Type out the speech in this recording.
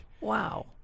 Wow